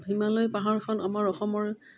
হিমালয় পাহাৰখন আমাৰ অসমৰ